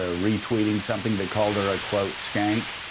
ah re-tweeting something that called her a, quote, skank.